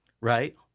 right